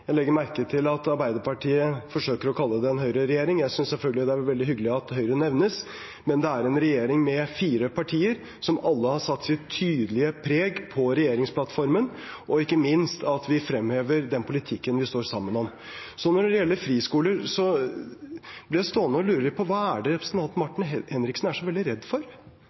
jeg på spørsmålet. Dernest representerer jeg en firepartiregjering. Jeg legger merke til at Arbeiderpartiet forsøker å kalle det en Høyre-regjering. Jeg synes selvfølgelig det er veldig hyggelig at Høyre nevnes, men det er en regjering med fire partier som alle har satt sitt tydelige preg på regjeringsplattformen, og ikke minst fremhever vi den politikken vi står sammen om. Når det gjelder friskoler, blir jeg stående og lure på hva representanten Martin Henriksen er så veldig redd for.